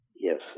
Yes